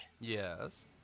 yes